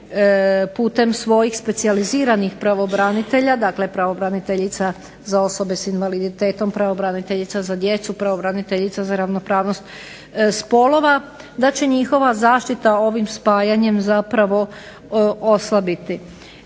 putem svojih specijaliziranih pravobranitelja, dakle pravobraniteljica za osobe sa invaliditetom, pravobraniteljica za djecu, pravobraniteljica za ravnopravnost spolova da će njihova zaštita ovim spajanjem zapravo oslabiti.